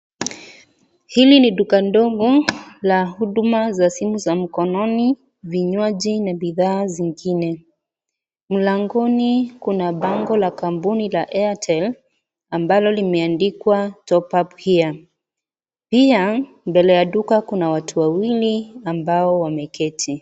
Hili ni duka ndogo la huduma za simu za mkononi vinywaji na bidhaa zingine. Mlangoni kuna bango la kambuni la Airtel ambalo limeandikwa Top Up here. Pia mbele ya duka kuna watu wawili ambao wameketi.